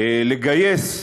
לגייס,